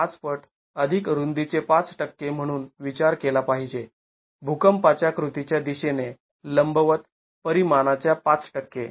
५ पट अधिक रुंदीचे ५ टक्के म्हणून विचार केला पाहिजे भुकंपाच्या कृतीच्या दिशेने लंबवत परिमाणा च्या ५ टक्के